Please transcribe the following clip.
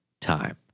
Time